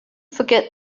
forget